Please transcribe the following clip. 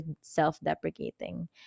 self-deprecating